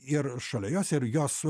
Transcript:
ir šalia jos ir jos